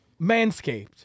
Manscaped